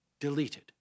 Deleted